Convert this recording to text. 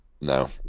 no